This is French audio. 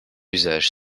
usages